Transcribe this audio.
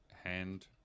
Hand